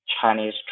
Chinese